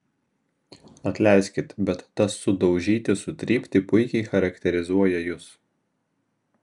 atleiskit bet tas sudaužyti sutrypti puikiai charakterizuoja jus